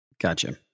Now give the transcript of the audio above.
Gotcha